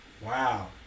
Wow